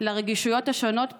לרגישויות השונות פה,